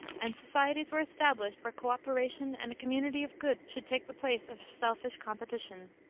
and societies were established where co-operation and a community of goods should take the place of selfish competition.